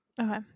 Okay